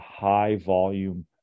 high-volume